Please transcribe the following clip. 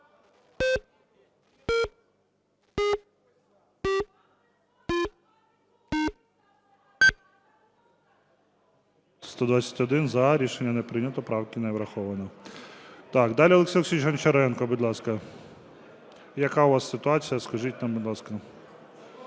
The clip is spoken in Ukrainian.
За-121 Рішення не прийнято. Правка не врахована. Далі Олексій Олексійович Гончаренко, будь ласка. Яка у вас ситуація, скажіть нам, будь ласка.